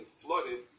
flooded